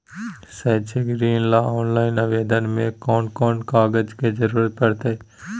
शैक्षिक ऋण ला ऑनलाइन आवेदन में कौन कौन कागज के ज़रूरत पड़तई?